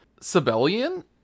Sibelian